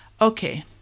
Okay